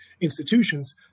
institutions